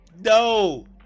No